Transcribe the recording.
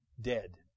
dead